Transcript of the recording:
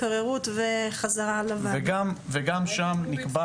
שר החקלאות ופיתוח הכפר עודד פורר: גם שם נקבע